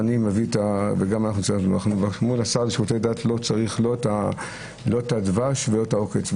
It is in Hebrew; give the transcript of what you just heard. לא צריך לא את הדבש ולא את העוקץ.